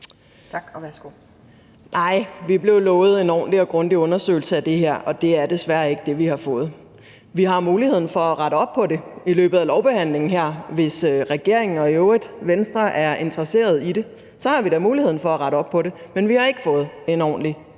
Flyvholm (EL): Nej, vi blev lovet en ordentlig og grundig undersøgelse af det her, og det er desværre ikke det, vi har fået. Vi har muligheden for at rette op på det i løbet af lovbehandlingen her, hvis regeringen og i øvrigt Venstre er interesserede i det; så har vi da muligheden for at rette op på det. Men vi har ikke fået en ordentlig